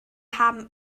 haben